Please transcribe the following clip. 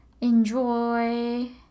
enjoy